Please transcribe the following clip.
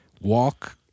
Walk